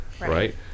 right